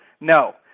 No